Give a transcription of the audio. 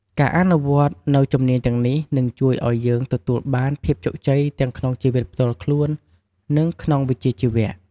ការអនុវត្តន៍នូវជំនាញទាំងនេះ នឹងជួយឲ្យយើងទទួលបានភាពជោគជ័យទាំងក្នុងជីវិតផ្ទាល់ខ្លួន និងក្នុងវិជ្ជាជីវៈ។